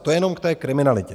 To jenom k té kriminalitě.